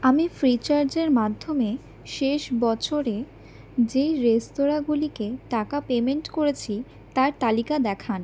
আমি ফ্রিচার্জের মাধ্যমে শেষ বছরে যেই রেস্তোরাঁগুলিকে টাকা পেমেন্ট করেছি তার তালিকা দেখান